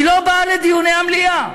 לא באה לדיוני המליאה.